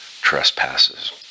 trespasses